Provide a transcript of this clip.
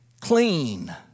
Clean